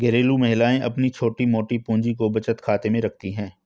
घरेलू महिलाएं अपनी छोटी मोटी पूंजी को बचत खाते में रखती है